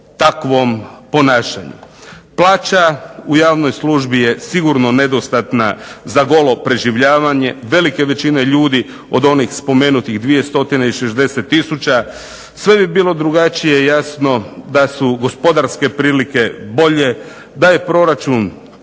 takvom ponašanju. Plaća u javnoj službi je sigurno nedostatna za golo preživljavanje velike većine ljudi od onih spomenutih 200 i 60 tisuća. Sve bi bilo drugačije jasno da su gospodarske prilike bolje, da je proračun